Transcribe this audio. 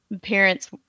parents